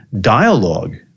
dialogue